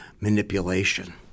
manipulation